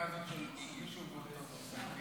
הפרקטיקה הזאת של הגישו באותו נוסח?